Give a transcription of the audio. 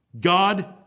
God